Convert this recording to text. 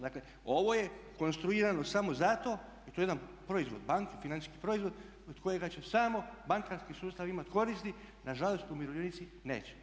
Dakle ovo je konstruirano samo zato i to je jedan proizvod banke, financijski proizvod od kojega će samo bankarski sustav imati koristi, nažalost umirovljenici neće.